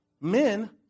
men